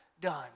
done